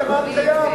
שדה תימן קיים,